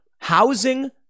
Housing